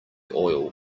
oil